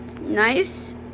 nice